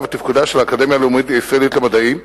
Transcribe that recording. ותפקודה של האקדמיה הלאומית הישראלית למדעים.